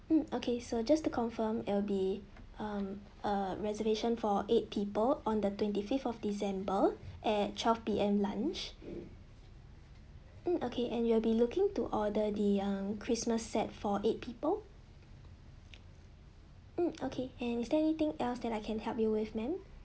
mm okay so just to confirm it'll be um a reservation for eight people on the twenty fifth of december at twelve P_M lunch mm okay and you will be looking to order the um christmas set for eight people mm okay and is there anything else that I can help you with ma'am